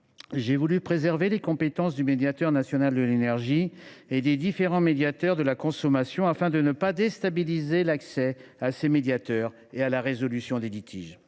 j’ai voulu préserver les compétences du Médiateur national de l’énergie (MNE) et des différents médiateurs de la consommation, afin de ne pas déstabiliser l’accès à ces médiateurs ni de perturber la résolution des litiges.